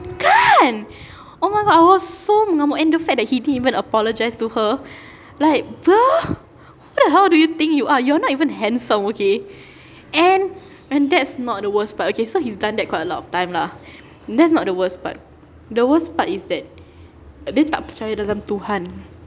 kan oh my god I was so mengamuk and the fact that he didn't apologise to her like bruh who the hell do you think you are you are not even handsome okay and that's not the worst part okay so he has done that quite a lot of time lah that's not the worst part the worst is that dia tak percaya dengan tuhan